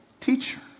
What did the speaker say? teacher